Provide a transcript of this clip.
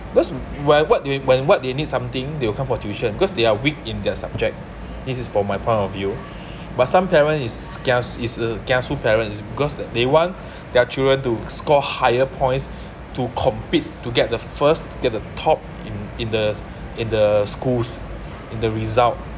that's why what you need when what they need something they will come for tuition because they're weak in their subject this is from my point of view but some parents is kias~ is a kiasu parents because that they want their children to score higher points to compete to get the first get the top in in the in the schools in the result